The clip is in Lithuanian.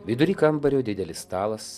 vidury kambario didelis stalas